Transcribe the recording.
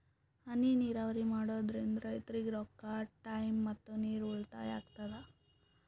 ಹನಿ ನೀರಾವರಿ ಮಾಡಾದ್ರಿಂದ್ ರೈತರಿಗ್ ರೊಕ್ಕಾ ಟೈಮ್ ಮತ್ತ ನೀರ್ ಉಳ್ತಾಯಾ ಆಗ್ತದಾ